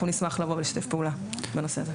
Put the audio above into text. אנחנו נשמח לשתף פעולה בנושא זה.